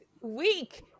week